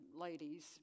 ladies